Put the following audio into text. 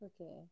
Okay